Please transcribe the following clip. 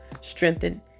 strengthened